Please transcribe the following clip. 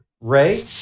Ray